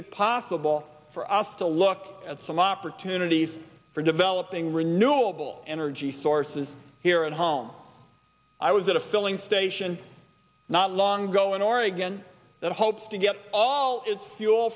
it possible for us to look at some opportunities for developing renewable energy sources here at home i was at a filling station not long ago in oregon that hopes to get all its fuel